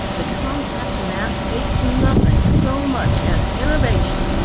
the compact mass hates nothing so much as innovation.